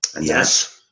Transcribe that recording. Yes